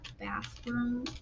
bathroom